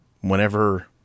whenever